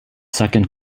second